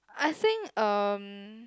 I think um